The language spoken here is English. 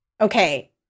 Okay